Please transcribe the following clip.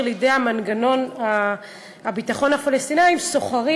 לידי מנגנוני הביטחון הפלסטיניים סוחרים,